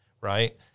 right